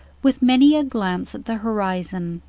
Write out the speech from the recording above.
with many a glance at the horizon.